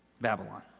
Babylon